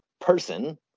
person